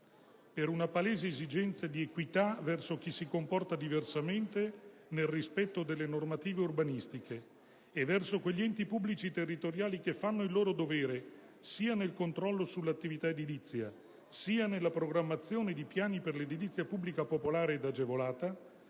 Per una palese esigenza di equità verso chi si comporta diversamente, nel rispetto delle normative urbanistiche e verso quegli enti pubblici territoriali che fanno il loro dovere, sia nel controllo sull'attività edilizia, sia nella programmazione di piani per l'edilizia pubblica popolare ed agevolata,